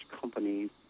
companies